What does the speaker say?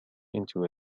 into